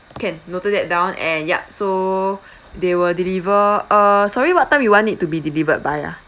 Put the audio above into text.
can noted that down and yup so they will deliver uh sorry what time you want it to be delivered by ah